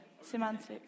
Semantics